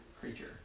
creature